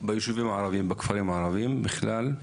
בישובים הערביים, בכפריים הערביים בכלל,